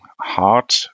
hard